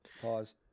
Pause